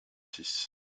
six